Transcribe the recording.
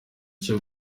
cyo